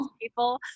people